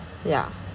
ya